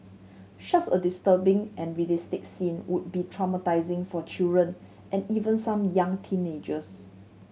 such a disturbing and realistic scene would be traumatising for children and even some young teenagers